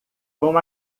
com